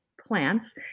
plants